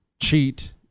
cheat